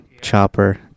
chopper